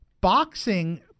boxing